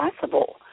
possible